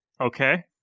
Okay